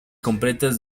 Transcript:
completas